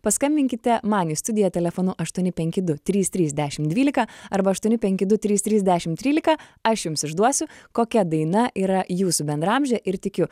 paskambinkite man į studiją telefonu aštuoni penki du trys trys dešim dvylika arba aštuoni penki du trys trys dešim trylika aš jums išduosiu kokia daina yra jūsų bendraamžė ir tikiu